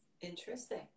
interesting